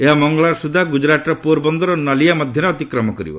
ଏହା ମଙ୍ଗଳବାର ସୁଦ୍ଧା ଗୁଜରାଟର ପୋର ବନ୍ଦର ଓ ନଲିଆ ମଧ୍ୟରେ ଅତିକ୍ରମ କରିବ